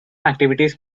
activities